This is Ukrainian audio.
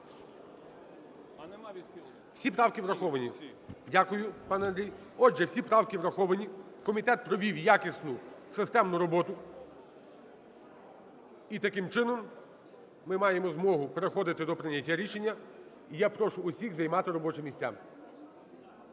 Всі правки враховані. Дякую, пане Андрій. Отже, всі правки враховані, комітет провів якісну системну роботу. І, таким чином, ми маємо змогу переходити до прийняття рішення. Я прошу всіх займати робочі місця.